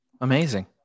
Amazing